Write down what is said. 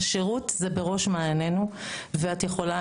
השירות זה בראש מעייננו ואת יכולה,